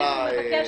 הקונה.